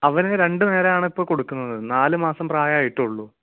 അവന് രണ്ടു നേരമാണ് ഇപ്പോൾ കൊടുക്കുന്നത് നാലുമാസം പ്രായമായിട്ടുള്ളൂ